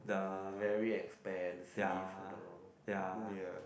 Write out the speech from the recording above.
very expensive you know ya